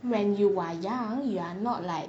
when you are young you're not like